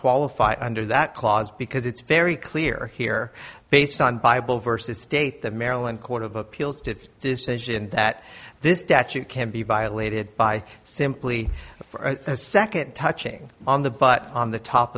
qualify under that clause because it's very clear here based on bible verses state of maryland court of appeals to a decision that this debt you can't be violated by simply for a second touching on the but on the top